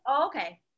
okay